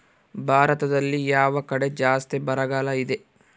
ಭಾರತದಲ್ಲಿ ಯಾವ ಕಡೆ ಜಾಸ್ತಿ ಬರಗಾಲ ಇದೆ?